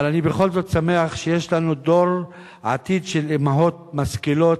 אבל אני בכל זאת שמח שיש לנו דור עתיד של אמהות משכילות